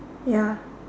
ya